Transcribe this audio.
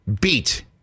beat